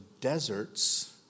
deserts